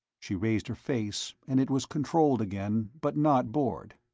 she raised her face, and it was controlled again, but not bored.